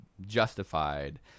justified